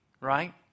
right